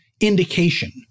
indication